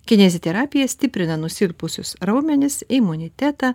kineziterapija stiprina nusilpusius raumenis imunitetą